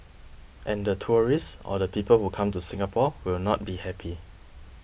and the tourists or the people who come to Singapore will not be happy